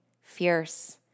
fierce